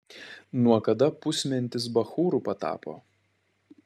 nuo kada pusmentis bachūru patapo